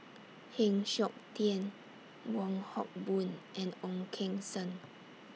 Heng Siok Tian Wong Hock Boon and Ong Keng Sen